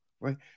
right